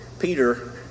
Peter